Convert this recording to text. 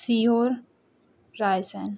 Sehore Raisen